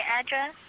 address